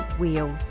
wheel